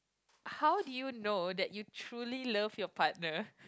how do you know that you truly love your partner